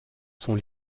sont